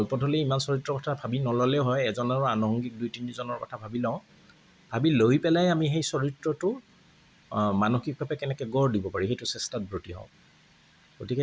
আৰু গল্পত হ'লে ইমান চৰিত্ৰৰ কথা ভাৱি নল'লেও হয় এজনৰ আনুসংগিক দুই তিনিজনৰ কথা ভাবি লওঁ ভাবি লৈ পেলাই আমি সেই চৰিত্ৰটো মানসিকভাৱে কেনেকে গঢ় দিব পাৰি সেইটো চেষ্টাত ব্ৰতী হওঁ